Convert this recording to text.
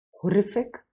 horrific